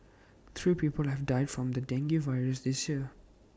three people have died from the dengue virus this year